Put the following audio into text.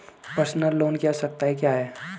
Personal loan की आवश्यकताएं क्या हैं?